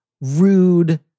rude